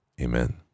Amen